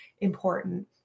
important